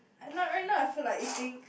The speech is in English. right now right now I feel like eating